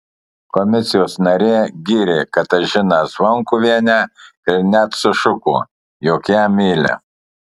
komisijos narė gyrė katažiną zvonkuvienę ir net sušuko jog ją myli